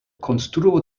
konstruo